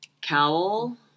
cowl